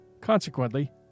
Consequently